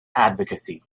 advocacy